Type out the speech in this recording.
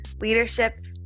leadership